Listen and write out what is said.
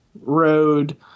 road